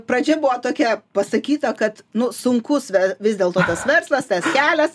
pradžia buvo tokia pasakyta kad nu sunkus ve vis dėlto tas verslas tas kelias